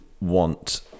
want